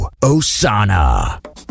Osana